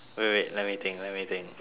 wait wait let me think let me think